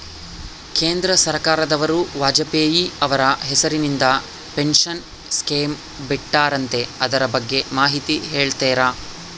ಕೇಂದ್ರ ಸರ್ಕಾರದವರು ವಾಜಪೇಯಿ ಅವರ ಹೆಸರಿಂದ ಪೆನ್ಶನ್ ಸ್ಕೇಮ್ ಬಿಟ್ಟಾರಂತೆ ಅದರ ಬಗ್ಗೆ ಮಾಹಿತಿ ಹೇಳ್ತೇರಾ?